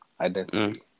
identity